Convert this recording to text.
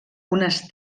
unes